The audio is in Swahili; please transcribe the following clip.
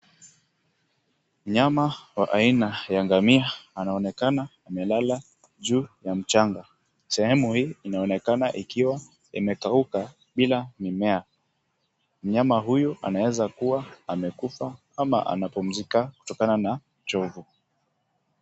Mnyama wa aina ya ngamia anaonekana amelala juu ya mchanga. Sehemu hii inaonekana ikiwa imekauka bila mimea. Mnyama huyu anaeza kuwa amekufa ama anapumzika kutokana na uchovu.